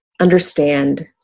understand